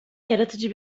yaratıcı